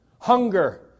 hunger